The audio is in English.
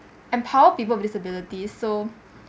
empower people with disability so